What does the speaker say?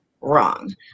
wrong